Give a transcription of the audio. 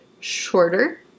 shorter